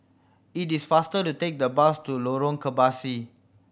it is faster to take the bus to Lorong Kebasi